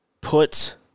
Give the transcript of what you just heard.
put